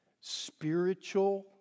spiritual